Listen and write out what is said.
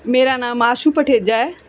ਮੇਰਾ ਨਾਮ ਆਸ਼ੂ ਭਠੇਜਾ ਹੈ